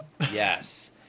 Yes